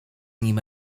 nim